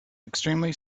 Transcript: extremely